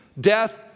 death